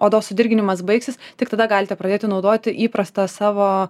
odos sudirginimas baigsis tik tada galite pradėti naudoti įprastą savo